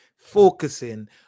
Focusing